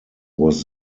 was